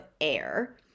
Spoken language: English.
air